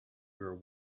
your